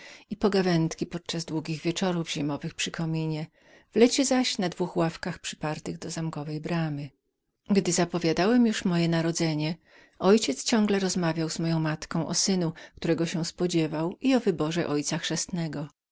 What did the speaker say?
i sprzeczki pod czas długich wieczorów zimowych przy kominie w lecie zaś na dwóch ławkach przypartych do zamkowej bramy gdy zapowiadałem już moje narodzenie ojciec mój ciągle rozmawiał z moją matką o synu którego się spodziewał i o wyborze ojca